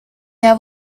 have